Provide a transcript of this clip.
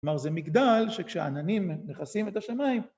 כלומר, זה מגדל שכשעננים מכסים את השמיים...